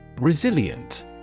Resilient